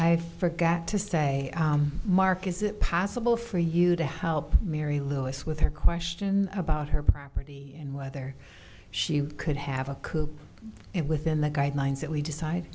i forgot to say mark is it possible for you to help mary lewis with her question about her property and whether she could have a coop and within the guidelines that we decide